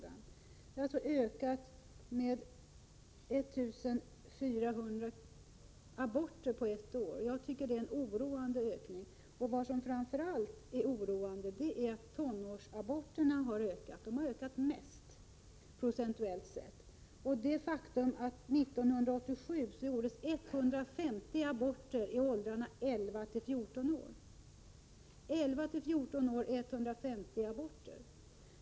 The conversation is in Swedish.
Aborterna har ökat med 1 400 under ett år. Jag tycker det är en oroande ökning. Vad som framför allt är oroande är att tonårsaborterna har ökat mest, procentuellt sett. 1987 hade vi 150 aborter i åldrarna 11—14 år.